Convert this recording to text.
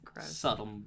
subtle